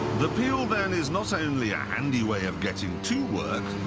the peel then is not only a handy way of getting to work.